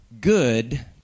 Good